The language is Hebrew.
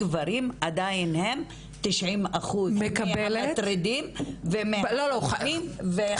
הגברים עדיין הם כ-90% מהמטרידים ומהפוגעים.